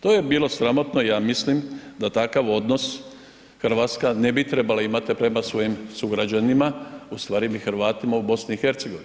To je bilo sramotno i ja mislim da takav odnos Hrvatska ne bi trebala imati prema svojim sugrađanima, u stvari bi Hrvatima u BiH.